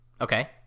Okay